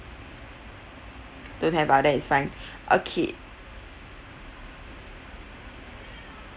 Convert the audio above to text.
don't have ah then it's fine okay